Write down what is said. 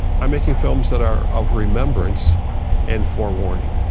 i'm making films that are of remembrance and forewarning.